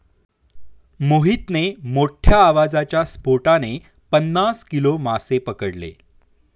मोहितने मोठ्ठ्या आवाजाच्या स्फोटाने पन्नास किलो मासे पकडले